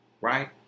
right